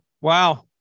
Wow